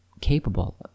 capable